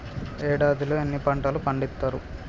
ఏడాదిలో ఎన్ని పంటలు పండిత్తరు?